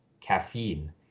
caffeine